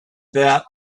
that